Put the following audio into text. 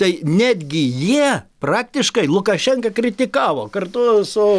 tai netgi jie praktiškai lukašenką kritikavo kartu su